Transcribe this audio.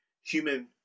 human